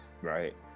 Right